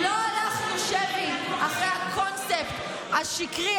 לא הלכנו שבי אחרי הקונספט השקרי,